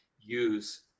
use